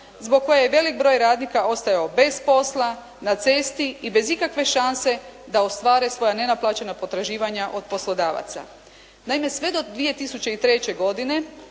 zbog koje je velik broj radnika ostajao bez posla, na cesti i bez ikakve šanse da ostvare svoja nenaplaćena potraživanja od poslodavaca. Naime, sve do 2003. godine